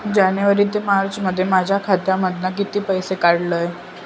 जानेवारी ते मार्चमध्ये माझ्या खात्यामधना किती पैसे काढलय?